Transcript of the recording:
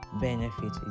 benefit